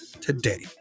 today